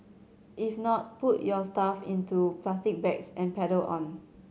if not put your stuff into plastic bags and pedal on